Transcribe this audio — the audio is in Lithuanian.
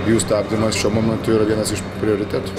jų stabdymas šiuo momentu yra vienas iš prioritetų